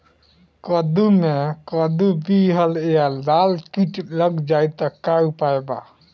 कद्दू मे कद्दू विहल या लाल कीट लग जाइ त का उपाय बा?